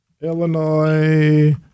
Illinois